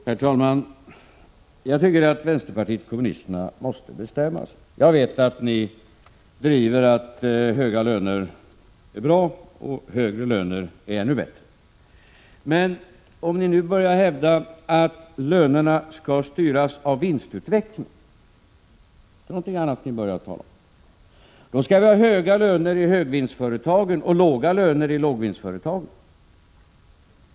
Herr talman! Jag tycker att vänsterpartiet kommunisterna måste bestämma sig. Jag vet att ni driver tesen att höga löner är bra och högre löner är ännu bättre. Men om ni nu börjar hävda att lönerna skall styras av vinstutvecklingen är det någonting annat ni talar om. Då skall vi ha höga löner i högvinstföretagen och låga löner i lågvinstföretagen.